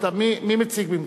מי מציג במקומך?